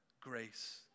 grace